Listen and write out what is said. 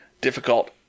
difficult